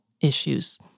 issues